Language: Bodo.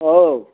औ